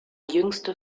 jüngste